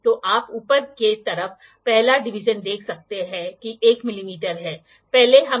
इसलिए least count एक vernier division और दो मुख्य स्केल डिवीजन के बीच का अंतर है जो 112° or 5'है